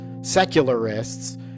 secularists